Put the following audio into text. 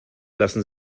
lassen